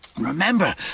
Remember